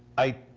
i